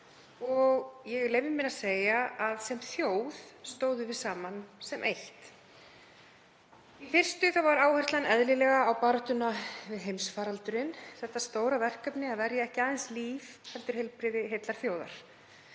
og ég leyfi mér að segja að sem þjóð stóðum við saman sem eitt. Í fyrstu var áherslan eðlilega á baráttuna við heimsfaraldurinn, þetta stóra verkefni, að verja ekki aðeins líf heldur heilbrigði heillar þjóðar.